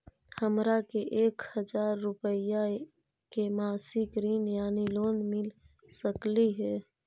हमरा के एक हजार रुपया के मासिक ऋण यानी लोन मिल सकली हे?